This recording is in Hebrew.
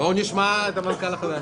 נשמע את המנכ"ל החדש.